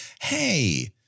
Hey